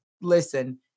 listen